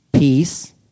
Peace